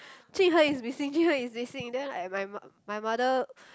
jun hen is missing jun hen is missing then I my my mother